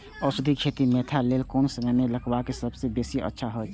औषधि खेती मेंथा के लेल कोन समय में लगवाक सबसँ बेसी अच्छा होयत अछि?